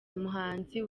umuhanzi